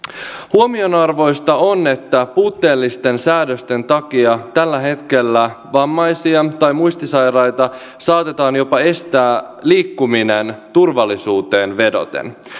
huomionarvoista on että puutteellisten säädösten takia tällä hetkellä vammaisilta tai muistisairailta saatetaan jopa estää liikkuminen turvallisuuteen vedoten